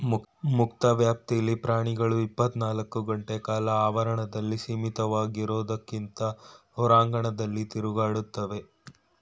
ಮುಕ್ತ ವ್ಯಾಪ್ತಿಲಿ ಪ್ರಾಣಿಗಳು ಇಪ್ಪತ್ನಾಲ್ಕು ಗಂಟೆಕಾಲ ಆವರಣದಲ್ಲಿ ಸೀಮಿತವಾಗಿರೋದ್ಕಿಂತ ಹೊರಾಂಗಣದಲ್ಲಿ ತಿರುಗಾಡ್ತವೆ